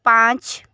पाँच